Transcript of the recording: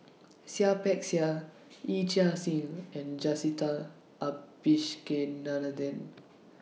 Seah Peck Seah Yee Chia Hsing and Jacintha